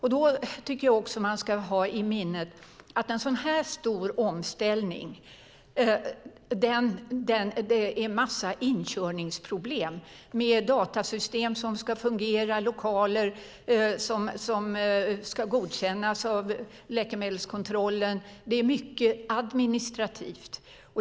Jag tycker att man ska ha i minnet att en sådan här stor omställning innebär en massa inkörningsproblem. Det är datasystem som ska fungera och lokaler som ska godkännas av läkemedelskontrollen. Det är mycket administrativt.